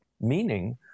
meaning